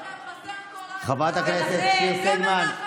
זה מנחם בגין אמר, חברת הכנסת שיר סגמן,